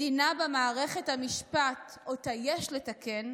מדינה שבה מערכת המשפט, שאותה יש לתקן,